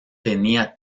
tenía